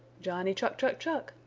johnny chuck, chuck, chuck!